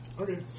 Okay